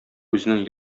үзенең